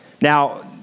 Now